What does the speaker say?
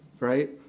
Right